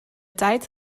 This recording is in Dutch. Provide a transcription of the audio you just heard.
tijd